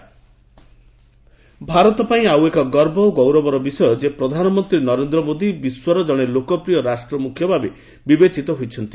PM popular leader Bharat ପାଇଁ ଆଉ ଏକ ଗର୍ବ ଓ ଗୌରବର ବିଷୟ ଯେ ପ୍ରଧାନମନ୍ତ୍ରୀ ନରେନ୍ଦ୍ର ମୋଦି ବିଶ୍ୱର ଜଣେ ଲୋକପ୍ରିୟ ରାଷ୍ଟ୍ରମୁଖ୍ୟ ଭାବେ ବିବେଚିତ ହୋଇଛନ୍ତି